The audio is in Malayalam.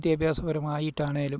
വിദ്യാഭ്യാസപരമായിട്ടാണെങ്കിലും